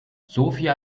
sofia